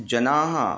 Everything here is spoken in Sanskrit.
जनाः